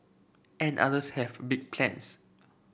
and others have big plans